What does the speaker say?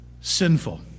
sinful